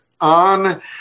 on